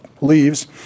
leaves